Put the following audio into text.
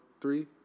three